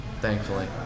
thankfully